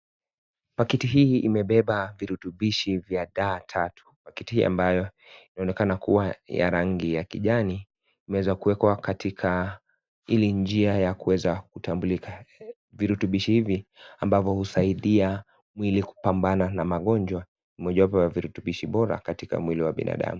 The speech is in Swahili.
Pakiti hii imebeba viritubisho ya D3 tatu, pakiti ambayo inaonekana kuwa ya rangi ya kijani imeweza kuekwa katika hili njia ya kutambulika. Viritubisho hivi ambavyo husaidia mwili kupambana na magonjwa ni mojawapo ya viritubisho Bora katika mwili wa binadamu.